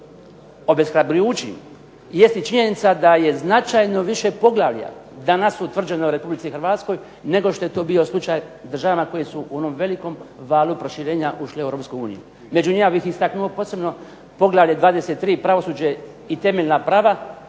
obeshrabrujućim jeste činjenica da je značajno više poglavlja danas utvrđeno u Republici Hrvatskoj nego što je to bilo slučaj s državama koje su u onom velikom valu proširenja ušle u Europsku uniju. Među njima bih istaknuo posebno poglavlje 23.-Pravosuđe i temeljna prava